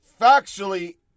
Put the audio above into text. factually